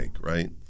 right